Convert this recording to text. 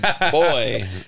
boy